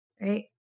right